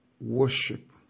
worship